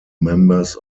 members